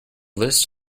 list